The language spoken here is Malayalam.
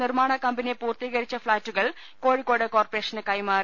നിർമ്മാണ കമ്പനി പൂർത്തീകരിച്ച ഫ്ളാറ്റുകൾ കോഴി ക്കോട് കോർപറേഷന് കൈമാറി